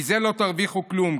מזה לא תרוויחו כלום.